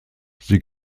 sie